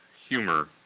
humor,